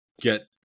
get